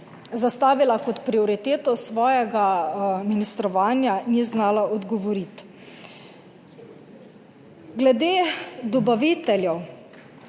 zastavila kot prioriteto svojega ministrovanja, ni znala odgovoriti. Glede dobaviteljev